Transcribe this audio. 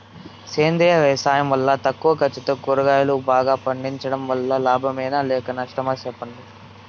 సేంద్రియ వ్యవసాయం వల్ల తక్కువ ఖర్చుతో కూరగాయలు బాగా పండించడం వల్ల లాభమేనా లేక నష్టమా సెప్పండి